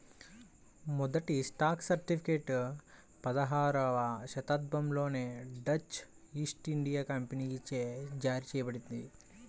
మొదటి stock certificate పదహారవ శతాబ్దంలోనే డచ్ ఈస్ట్ ఇండియా కంపెనీచే జారీ చేయబడింది